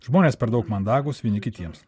žmonės per daug mandagūs vieni kitiems